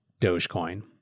Dogecoin